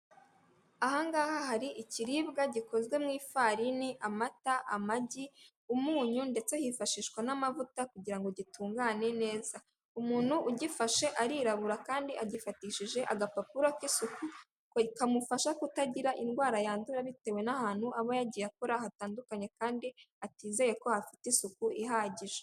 Hano hari ikiribwa gikozwe mu ifarini, amata, amagi, umunyu, ndetse hifashishwa amavuta kugira ngo gitungane neza. Umuntu ugifashe arirabura kandi agifatishije agapapuro k'isuku kamufasha kutagira indwara yandura, bitewe n’ahantu aba yagiye akora hatandukanye kandi atizeye ko afite isuku ihagije.